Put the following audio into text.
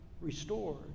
restored